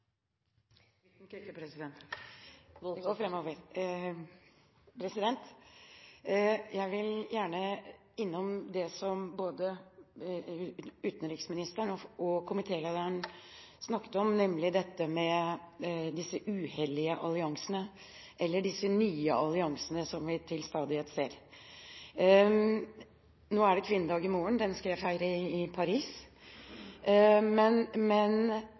standpunkt i den. Jeg vil gjerne innom det som både utenriksministeren og komitélederen snakket om, nemlig dette med disse uhellige, eller nye, alliansene som vi til stadighet ser. Det er kvinnedag i morgen – den skal jeg feire i Paris.